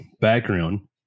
background